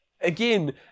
again